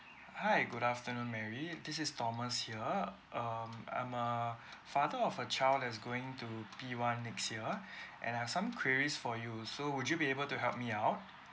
hi good afternoon mary this is thomas here um I'm a father of a child that's going to P one next year and I've some queries for you so would you be able to help me out